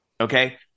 okay